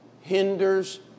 hinders